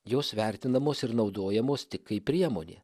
jos vertinamos ir naudojamos tik kaip priemonė